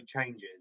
changes